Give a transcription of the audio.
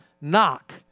knock